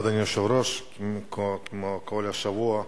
אדוני היושב-ראש, תודה, כמו בכל שבוע,